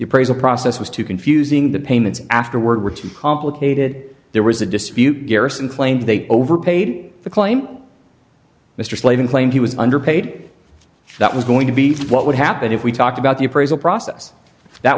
a process was too confusing the payments afterward which was complicated there was a dispute garrison claim they overpaid the claim mr flavin claimed he was underpaid that was going to be for what would happen if we talked about the appraisal process that